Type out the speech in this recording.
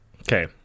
okay